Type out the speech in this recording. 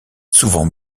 souvent